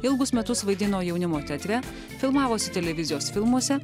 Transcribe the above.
ilgus metus vaidino jaunimo teatre filmavosi televizijos filmuose